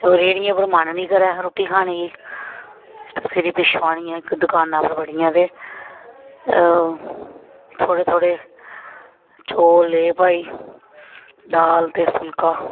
होर रेडियै उप्पर दिल नेईं करै रुट्टी खाने गी उस्सी पिच्छुआं आनियै इक दकाना पर बड्ढियां ते थोह्ड़े थोह्ड़े चौल लेऐ भाई दाल ते फुल्का